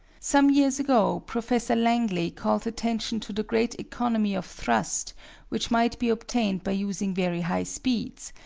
some years ago professor langley called attention to the great economy of thrust which might be obtained by using very high speeds,